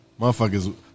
Motherfuckers